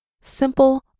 simple